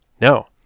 No